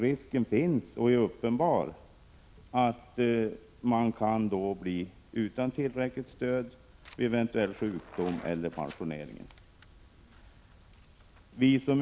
Risken finns då — och den är uppenbar — att människor blir utan ett tillräckligt stöd vid eventuell sjukdom eller pensioneringen.